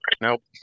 Nope